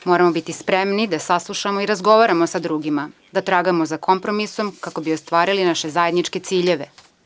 Moramo biti spremni da saslušamo i razgovaramo sa drugima, da tragamo za kompromisom kako bi ostvarili naše zajedničke ciljeve.